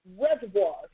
reservoirs